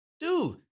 dude